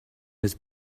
his